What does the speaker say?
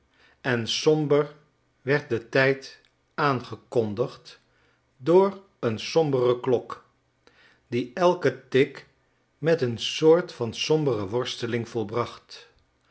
en somber werd de tijd aangekondigd door een sombere klok die elken tik met een soort van sombere worsteling volbracht